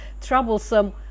troublesome